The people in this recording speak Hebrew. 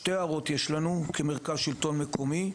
יש לנו, כמרכז לשלטון מקומי,